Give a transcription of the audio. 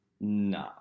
nah